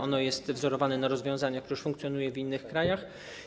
Ono jest wzorowane na rozwiązaniach, które już funkcjonują w innych krajach.